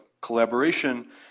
collaboration